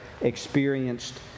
experienced